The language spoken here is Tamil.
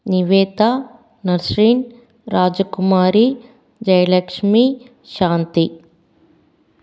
நிவேதா நஸ்ரின் ராஜகுமாரி ஜெயலக்ஷ்மி சாந்தி